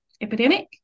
epidemic